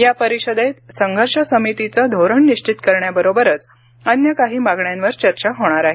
या परिषदेत संघर्ष समितीचं धोरण निश्चित करण्याबरोबरच अन्य काही मागण्यांवर चर्चा होणार आहे